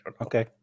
Okay